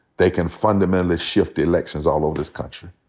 they can fundamentally shift elections all over this country.